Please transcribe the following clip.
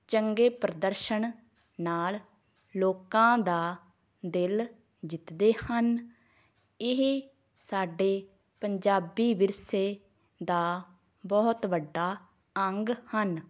ਚੰਗੇ ਪ੍ਰਦਰਸ਼ਨ ਨਾਲ ਲੋਕਾਂ ਦਾ ਦਿਲ ਜਿੱਤਦੇ ਹਨ ਇਹ ਸਾਡੇ ਪੰਜਾਬੀ ਵਿਰਸੇ ਦਾ ਬਹੁਤ ਵੱਡਾ ਅੰਗ ਹਨ